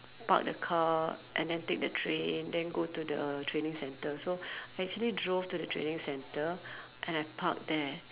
park the car and then take the train then go to the training centre so I actually drove to the training centre and I parked there